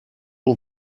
all